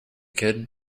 kid